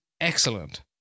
excellent